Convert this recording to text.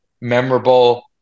memorable